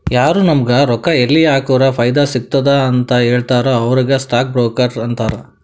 ಯಾರು ನಾಮುಗ್ ರೊಕ್ಕಾ ಎಲ್ಲಿ ಹಾಕುರ ಫೈದಾ ಸಿಗ್ತುದ ಅಂತ್ ಹೇಳ್ತಾರ ಅವ್ರಿಗ ಸ್ಟಾಕ್ ಬ್ರೋಕರ್ ಅಂತಾರ